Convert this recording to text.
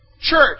church